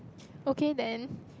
okay then